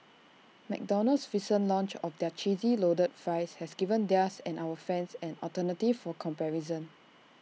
McDonald's recent launch of their cheesy loaded fries has given theirs and our fans an alternative for comparison